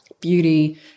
beauty